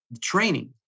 training